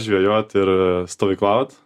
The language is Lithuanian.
žvejoti ir stovyklaut